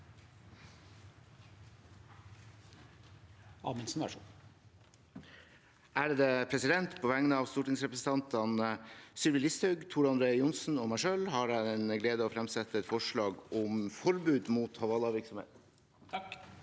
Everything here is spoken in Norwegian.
(FrP) På vegne av stortingsrepresentantene Sylvi Listhaug, Tor André Johnsen og meg selv har jeg den glede å fremsette et forslag om forbud mot hawala-virksomhet.